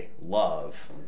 love